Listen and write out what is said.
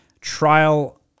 Trial